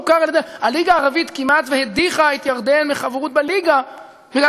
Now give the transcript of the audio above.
הליגה הערבית כמעט הדיחה את ירדן מחברות בליגה בגלל